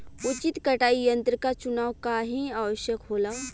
उचित कटाई यंत्र क चुनाव काहें आवश्यक होला?